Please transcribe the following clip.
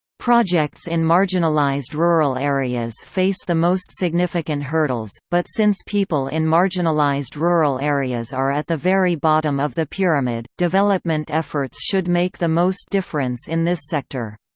projects in marginalized rural areas face the most significant hurdles but since people in marginalized rural areas are at the very bottom of the pyramid, development efforts should make the most difference in this sector.